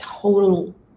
total